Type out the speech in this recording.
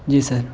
جی سر